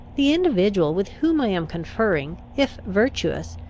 the individual with whom i am conferring, if virtuous,